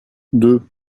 deux